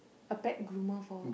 a pet groomer for